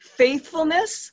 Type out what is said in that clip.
faithfulness